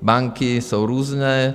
Banky jsou různé.